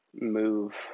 move